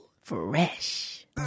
Fresh